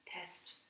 test